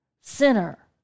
sinner